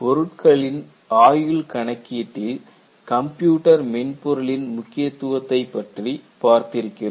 பொருட்களின் ஆயுள் கணக்கீட்டில் கம்ப்யூட்டர் மென்பொருளின் முக்கியத்துவத்தை பற்றி பார்த்து இருக்கிறோம்